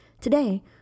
Today